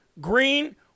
green